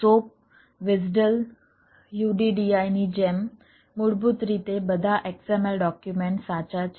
soap WSDL UDDI ની જેમ મૂળભૂત રીતે બધા XML ડોક્યુમેન્ટ સાચા છે